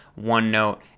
OneNote